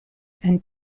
and